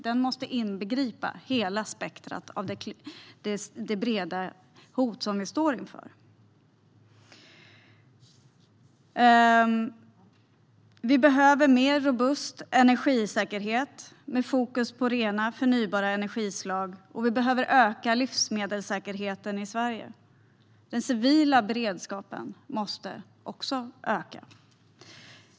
Den måste inbegripa hela spektrumet av det breda hot som vi står inför. Vi behöver mer robust energisäkerhet med fokus på rena och förnybara energislag, och vi behöver öka livsmedelssäkerheten i Sverige. Den civila beredskapen måste också öka.